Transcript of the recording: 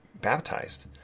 baptized